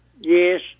Yes